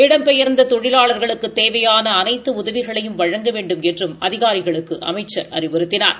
இடம்பெயர்ந்த தொழிலாளர்களுக்கு தேவையான அனைத்து உதவிகளையும் வழங்க வேண்டுமென்றும் அதிகாரிகளுக்கு அமைச்சர் அறிவுறுத்தினார்